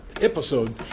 episode